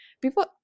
people